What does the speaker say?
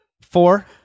four